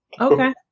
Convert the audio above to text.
okay